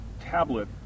tablet